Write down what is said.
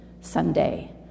Sunday